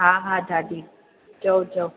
हा हा दादी चओ चओ